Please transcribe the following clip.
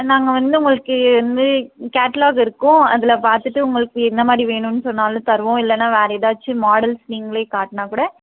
நாங்கள் வந்து உங்களுக்கு வந்து கேட்லாக் இருக்கும் அதில் பார்த்துட்டு உங்களுக்கு என்ன மாதிரி வேணும்ன்னு சொன்னாலும் தருவோம் இல்லைன்னா வேறு ஏதாச்சும் மாடல்ஸ் நீங்களே காட்டுனா கூட